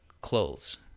clothes